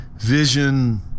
vision